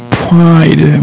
pride